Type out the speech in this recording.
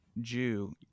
Jew